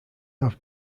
have